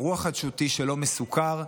אירוע חדשותי שלא מסוקר,